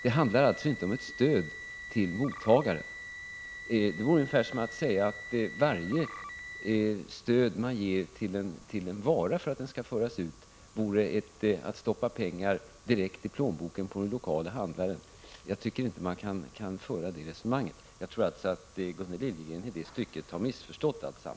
Det handlar alltså inte om stöd till mottagare. Det vore ungefär som att säga att varje stöd till en vara för att den skall kunna föras ut vore detsamma som att stoppa pengar direkt i plånboken på den lokale handlaren. Jag tycker inte man kan föra resonemanget så. Jag tror alltså att Gunnel Liljegren i det här fallet har missförstått alltsammans.